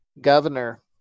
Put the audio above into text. governor